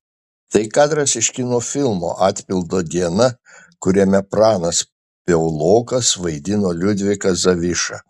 tai kadras iš kino filmo atpildo diena kuriame pranas piaulokas vaidino liudviką zavišą